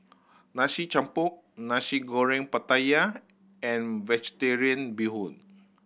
Nasi Campur Nasi Goreng Pattaya and Vegetarian Bee Hoon